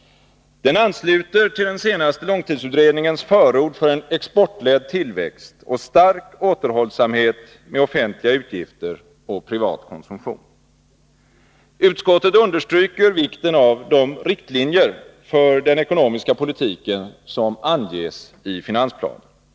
Den ansluter till den senaste långtidsutredningens förord för en exportledd tillväxt och stark återhållsamhet med offentliga utgifter och privat konsumtion. Utskottet understryker vikten av de riktlinjer för den ekonomiska politiken som anges i finansplanen.